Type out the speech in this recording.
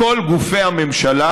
מכל גופי הממשלה.